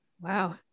Wow